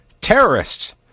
Terrorists